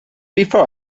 before